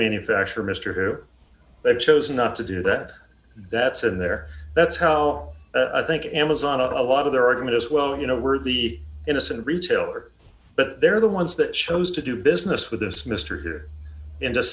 manufacturer mr who they chose not to do that that's in there that's how i'll think amazon a lot of their argument is well you know we're the innocent retailer but they're the ones that shows to do business with this mr here and